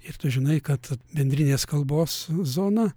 ir tu žinai kad bendrinės kalbos zona